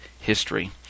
history